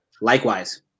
Likewise